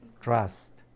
trust